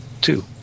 two